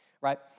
right